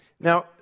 Now